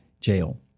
jail